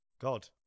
God